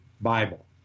Bible